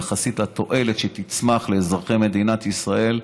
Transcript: יחסית לתועלת שתצמח לאזרחי מדינת ישראל,